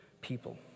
people